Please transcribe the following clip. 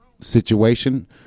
situation